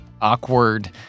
awkward